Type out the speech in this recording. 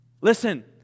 Listen